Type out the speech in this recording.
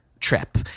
trip